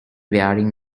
wearing